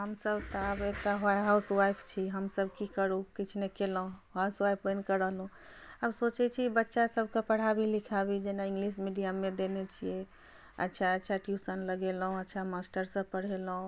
हमसभ तऽ आब एकटा हाउसवाइफ छी हमसभ की करू किछु नहि केलहुँ हाउसवाइफ बनिके रहलहुँ आब सोचैत छी बच्चासभके पढ़ाबी लिखाबी जेना इंग्लिश मीडियममे देने छियै अच्छा अच्छा ट्यूशन लगेलहुँ अच्छा मास्टरसँ पढ़ेलहुँ